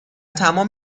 تمام